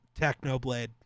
Technoblade